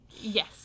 Yes